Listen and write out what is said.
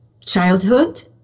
childhood